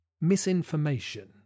misinformation